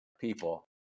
people